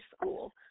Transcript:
school